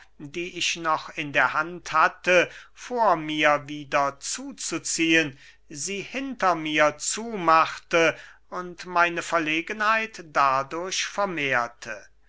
die ich noch in der hand hatte vor mir wieder zuzuziehen sie hinter mir zumachte und meine verlegenheit dadurch vermehrte